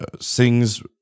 sings